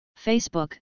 Facebook